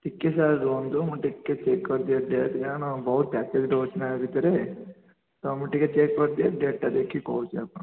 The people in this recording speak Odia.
ଟିକେ ସାର୍ ରୁହନ୍ତୁ ମୁଁ ଟିକେ ଚେକ୍ କରିଦିଏ ଡେଟ୍ କାରଣ ବହୁତ ପ୍ୟାକେଜ୍ ରହୁଛି ନା ୟା ଭିତରେ ତ ମୁଁ ଟିକେ ଚେକ୍ କରିଦିଏ ଡେଟଟା ଦେଖିକି କହୁଛି ଆପଣଙ୍କୁ